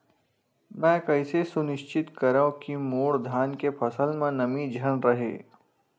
मैं कइसे सुनिश्चित करव कि मोर धान के फसल म नमी झन रहे?